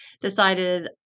decided